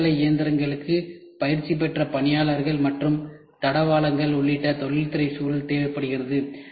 கடை தளஇயந்திரங்களுக்கு பயிற்சி பெற்ற பணியாளர்கள் மற்றும் தளவாடங்கள் உள்ளிட்ட தொழில்துறை சூழல் தேவைப்படுகிறது